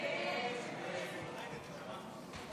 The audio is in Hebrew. הסתייגות 4 לא נתקבלה.